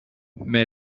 mais